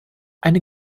eine